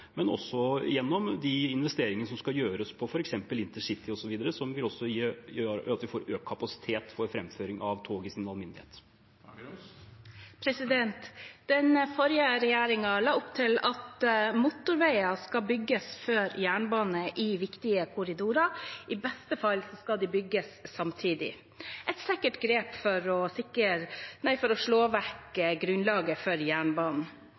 også gjennom investeringene som skal gjøres på intercity osv., som gjør at vi får økt kapasitet for framføring av tog i sin alminnelighet. Den forrige regjeringen la opp til at motorveier skal bygges før jernbane i viktige korridorer, i beste fall skal de bygges samtidig – et sikkert grep for å slå vekk grunnlaget for jernbanen. Vi vet at ved å